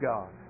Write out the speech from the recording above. God